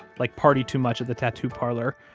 like party too much at the tattoo parlor,